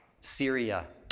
Syria